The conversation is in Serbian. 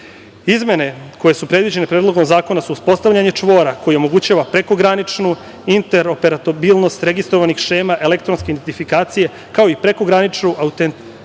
koje su predviđene Predlogom zakona su uspostavljanje čvora koji omogućava prekograničnu interoperabilnost registrovanih šema elektronske identifikacije, kao i prekograničnu autentikaciju